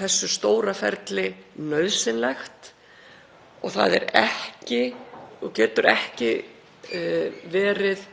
þessu stóra ferli nauðsynlegt. Það er ekki og getur ekki verið